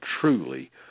truly